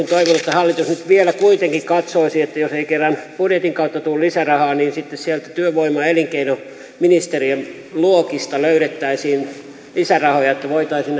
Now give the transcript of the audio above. hallitus nyt vielä kuitenkin katsoisi että jos ei kerran budjetin kautta tule lisärahaa niin sitten sieltä työvoima ja elinkeinoministeriön luokista löydettäisiin lisärahoja että voitaisiin